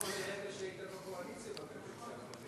שכחנו לרגע שהיית בקואליציה בקדנציה הקודמת.